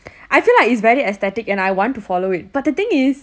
I feel like it's very aesthetic and I want to follow it but the thing is